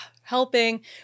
helping